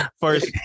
first